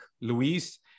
Luis